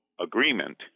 agreement